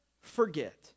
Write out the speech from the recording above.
forget